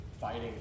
fighting